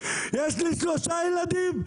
יש לי שלושה ילדים,